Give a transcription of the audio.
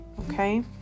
Okay